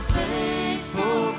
faithful